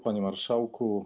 Panie Marszałku!